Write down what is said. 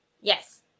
Yes